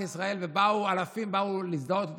אלפים באו להזדהות איתי.